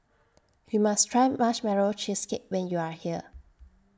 YOU must Try Marshmallow Cheesecake when YOU Are here